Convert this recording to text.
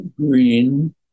green